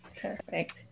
perfect